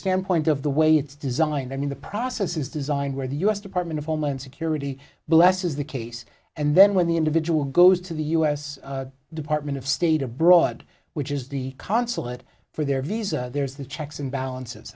standpoint of the way it's designed i mean the process is designed where the u s department of homeland security blesses the case and then when the individual goes to the u s department of state abroad which is the consulate for their visa there's the checks and balances